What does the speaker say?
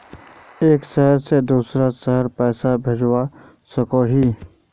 एक शहर से दूसरा शहर पैसा भेजवा सकोहो ही?